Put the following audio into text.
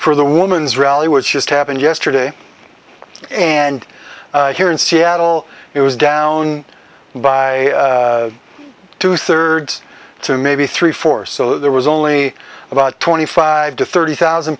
for the woman's rally was just happened yesterday and here in seattle it was down by two thirds two maybe three four so there was only about twenty five to thirty thousand